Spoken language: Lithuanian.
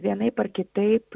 vienaip ar kitaip